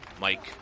Mike